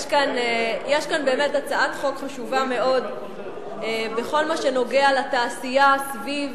יש כאן באמת הצעת חוק חשובה מאוד בכל מה שנוגע לתעשייה סביב